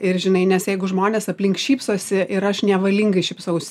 ir žinai nes jeigu žmonės aplink šypsosi ir aš nevalingai šypsausi